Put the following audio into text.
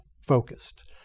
focused